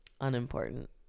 Unimportant